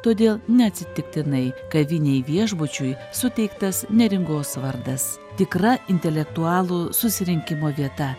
todėl neatsitiktinai kavinei viešbučiui suteiktas neringos vardas tikra intelektualų susirinkimo vieta